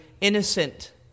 innocent